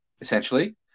essentially